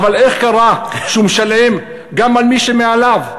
אבל איך קרה שהוא משלם גם על מי שמעליו?